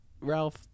Ralph